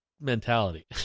mentality